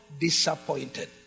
disappointed